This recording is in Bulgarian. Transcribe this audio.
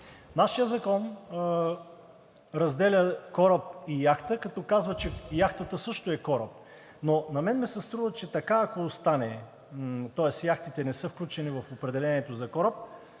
Нашият закон разделя кораб и яхта, като казва, че яхтата също е кораб, но на мен ми се струва, че ако остане така, тоест яхтите не са включени в определението за кораб,